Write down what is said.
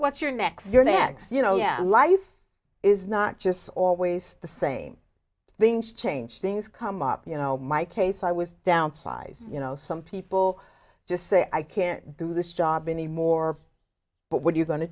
what your next your next you know yeah life is not just always the same things change things come up you know my case i was downsized you know some people just say i can't do this job anymore but what are you go